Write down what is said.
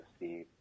see